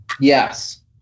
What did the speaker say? Yes